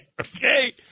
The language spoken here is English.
okay